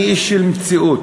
אני איש של מציאות.